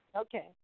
Okay